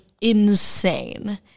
insane